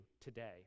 today